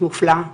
את מופלאה.